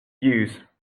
use